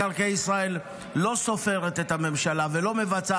מינהל מקרקעי ישראל לא סופר את הממשלה ולא מבצע